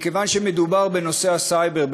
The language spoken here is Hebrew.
מכיוון שמדובר בנושא הסייבר,